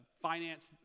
finance